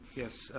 yes,